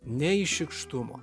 ne iš šykštumo